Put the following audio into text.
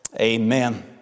Amen